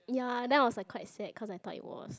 ya then I was like quite sad cause I thought it was